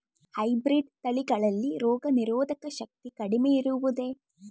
Hybrid ತಳಿಗಳಲ್ಲಿ ರೋಗನಿರೋಧಕ ಶಕ್ತಿ ಕಡಿಮೆ ಇರುವುದೇ?